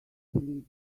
believe